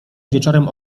wieczorem